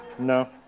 No